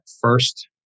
first